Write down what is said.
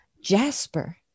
Jasper